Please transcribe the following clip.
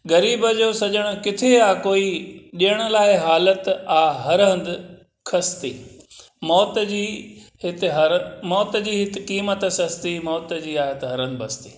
ग़रीब जो सजणु किथे आहे कोई ॾियण लाइ हालति आहे हर हंधु ख़स्ती मौत जी हिते हर मौत जी हिते क़ीमत सस्ती मौत जी आ हिते हर हंधु बस्ती